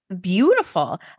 beautiful